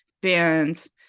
bands